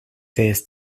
this